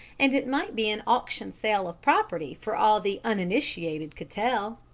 and it might be an auction sale of property for all the uninitiated could tell.